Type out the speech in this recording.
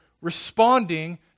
responding